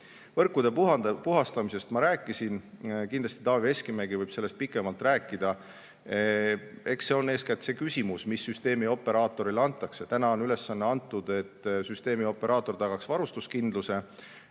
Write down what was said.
Võrkude puhastamisest ma rääkisin. Kindlasti Taavi Veskimägi võib sellest pikemalt rääkida. Eks see on eeskätt see küsimus, mis [ülesanne] süsteemioperaatorile antakse. Täna on antud ülesanne, et süsteemioperaator tagaks varustuskindluse.